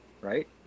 right